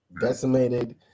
decimated